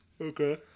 Okay